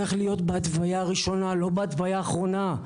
הקנביס צריך להיות בהתוויה הראשונה; לא בהתוויה האחרונה.